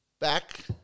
Back